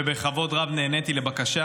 ובכבוד רב נעניתי לבקשה,